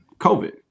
COVID